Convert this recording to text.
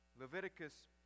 Leviticus